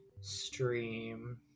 stream